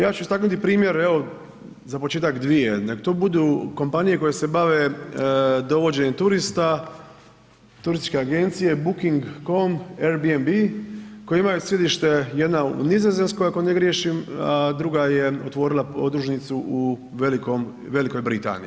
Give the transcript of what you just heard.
Ja ću istaknuti primjer evo za početak dvije, neka to budu kompanije koje se bave dovođenjem turista, turističke agencije booking.com AIRBNB koji imaju sjedište jedna u Nizozemskoj ako ne griješim, a druga je otvorila podružnicu u Velikoj Britaniji.